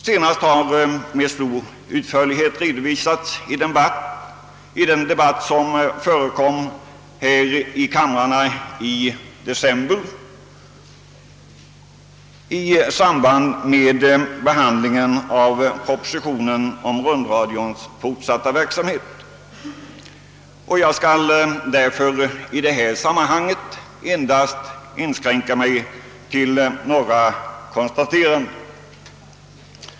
Senast har de med stor utförlighet redovisats i den debatt som fördes i kamrarna i december vid behandlingen av propositionen om rundradions fortsatta verksamhet. Jag skall därför nu inskränka mig till att göra några konstateranden.